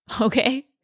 Okay